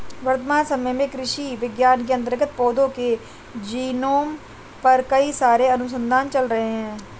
वर्तमान समय में कृषि विज्ञान के अंतर्गत पौधों के जीनोम पर कई सारे अनुसंधान चल रहे हैं